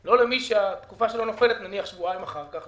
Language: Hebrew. לא למי שהתקופה שלו נופלת שבועיים אחר כך.